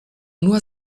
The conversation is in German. nur